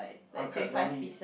Angkat brownie